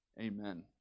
Amen